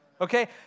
okay